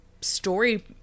story